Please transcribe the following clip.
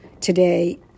today